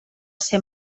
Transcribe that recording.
ser